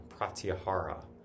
pratyahara